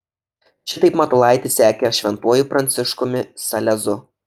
šitaip matulaitis sekė šventuoju pranciškumi salezu